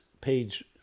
page